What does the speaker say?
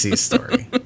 story